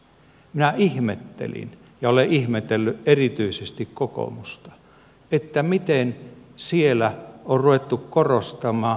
minä ihmettelin ja olen ihmetellyt erityisesti kokoomusta miten siellä on ruvettu korostamaan systeemiä